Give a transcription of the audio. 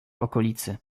okolicy